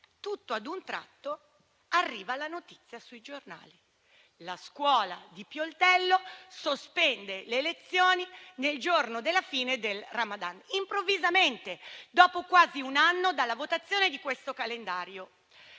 Tutto a un tratto arriva la notizia sui giornali: la scuola di Pioltello sospende le elezioni nel giorno della fine del Ramadan; improvvisamente, dopo quasi un anno dalla votazione di questo calendario.